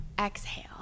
Exhale